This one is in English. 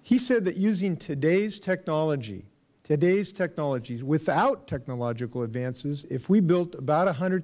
he said that using today's technology today's technology without technological advances if we build about one hundred